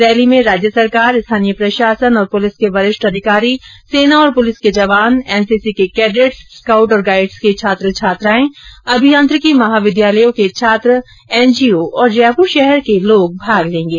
rally में राज्य सरकार स्थानीय प्रशासन और पुलिस के वरिष्ठ अधिकारी सेना और पुलिस के जवान एनसीसी के कैडिटस स्काउट और गाईड्स के छात्र छात्राएं अभियांत्रिकी महाविद्यालयों के छात्र एनजीओ और जयपुर शहर के आमजन भाग लेंगे